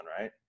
right